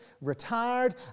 retired